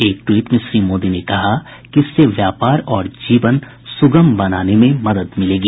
एक ट्वीट में श्री मोदी ने कहा कि इससे व्यापार और जीवन सुगम बनाने में मदद मिलेगी